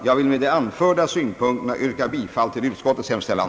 Jag vill med de anförda synpunkterna yrka bifall till utskottets hemställan.